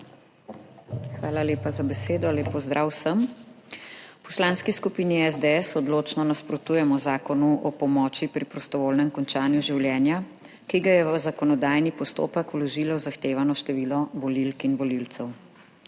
Hvala lepa za besedo. Lep pozdrav vsem! V Poslanski skupini SDS odločno nasprotujemo Predlogu zakona o pomoči pri prostovoljnem končanju življenja, ki ga je v zakonodajni postopek vložilo zahtevano število volivk in volivcev.